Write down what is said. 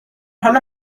حال